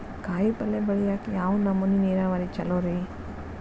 ಕಾಯಿಪಲ್ಯ ಬೆಳಿಯಾಕ ಯಾವ ನಮೂನಿ ನೇರಾವರಿ ಛಲೋ ರಿ?